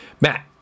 Matt